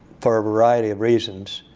for a variety of reasons,